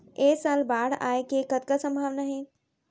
ऐ साल बाढ़ आय के कतका संभावना हे?